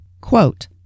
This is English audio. Quote